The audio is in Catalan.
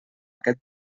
aquest